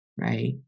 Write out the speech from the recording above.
right